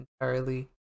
entirely